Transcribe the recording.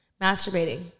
masturbating